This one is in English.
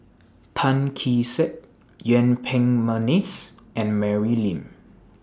Tan Kee Sek Yuen Peng Mcneice and Mary Lim